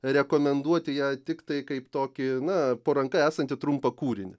rekomenduoti ją tiktai kaip tokį na po ranka esanti trumpą kūrinį